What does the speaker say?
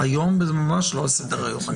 היום זה ממש לא על סדר-היום.